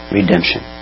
redemption